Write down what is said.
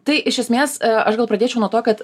tai iš esmės aš gal pradėčiau nuo to kad